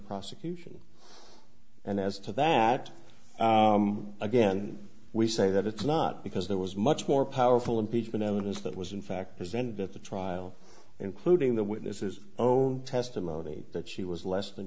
prosecution and as to that again we say that it's not because there was much more powerful impeachment evidence that was in fact present at the trial including the witnesses own testimony that she was less than